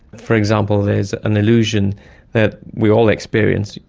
for example, there is an illusion that we all experience,